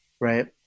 Right